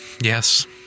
Yes